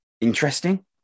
Interesting